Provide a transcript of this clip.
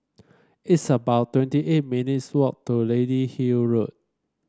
it's about twenty eight minutes' walk to Lady Hill Road